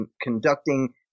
conducting